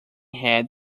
head